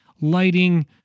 lighting